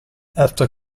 after